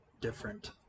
different